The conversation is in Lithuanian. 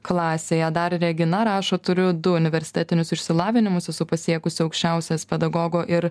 klasėje dar regina rašo turiu du universitetinius išsilavinimus esu pasiekusi aukščiausias pedagogo ir